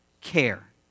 care